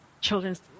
children's